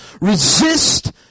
resist